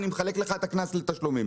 אני מחלק לך את הקנס לתשלומים.